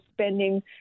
spending